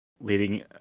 leading